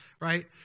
right